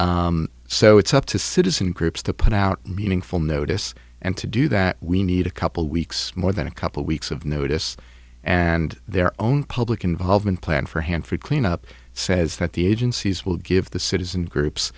me so it's up to citizen groups to put out meaningful notice and to do that we need a couple weeks more than a couple weeks of notice and their own public involvement plan for hanford cleanup says that the agencies will give the citizen groups